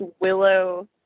willow